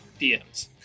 DMs